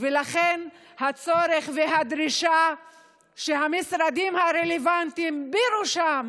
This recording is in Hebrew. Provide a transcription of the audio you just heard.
לכן הצורך והדרישה שהמשרדים הרלוונטיים, ובראשם